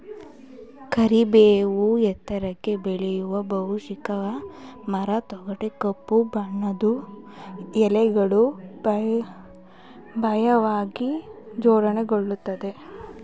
ಕರಿಬೇವು ಎತ್ತರಕ್ಕೆ ಬೆಳೆಯೋ ಬಹುವಾರ್ಷಿಕ ಮರ ತೊಗಟೆ ಕಪ್ಪು ಬಣ್ಣದ್ದು ಎಲೆಗಳು ಪರ್ಯಾಯವಾಗಿ ಜೋಡಣೆಗೊಂಡಿರ್ತದೆ